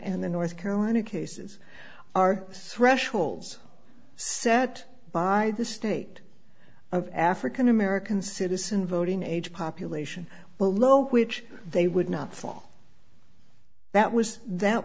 the north carolina cases are thresholds set by the state of african american citizen voting age population well low which they would not fall that was that